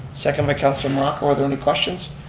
second by councilor morocco. are there any questions?